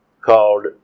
called